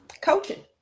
Coaching